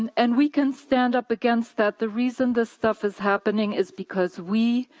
and and we can stand up against that. the reason this stuff is happening is because we,